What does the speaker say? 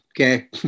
Okay